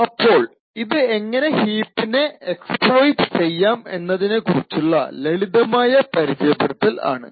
അപ്പോൾ ഇത് എങ്ങനെ ഹീപ്പിനെ എക്സ്പ്ലോയ്ട് ചെയ്യാം എന്നതിനെ കുറിച്ചുള്ള ലളിതമായ പരിചയപ്പെടുത്തൽ ആണ്